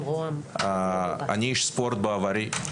אני איש ספורט בעברי.